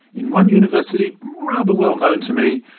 in one university rather well known to me,